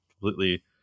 Completely